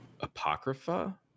Apocrypha